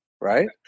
Right